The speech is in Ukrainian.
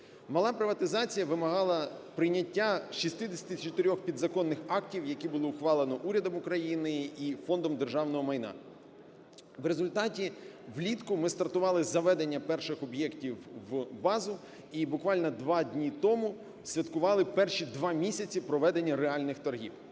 Мала приватизація вимагала прийняття 64 підзаконних актів, які було ухвалено урядом України і Фондом державного майна. В результаті влітку ми стартували з заведення перших об'єктів в базу і буквально два дні тому святкували перші два місяці проведення реальних торгів.